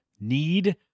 need